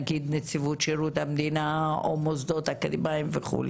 נגיד נציבות שירות המדינה או מוסדות אקדמיים וכו',